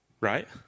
Right